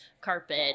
carpet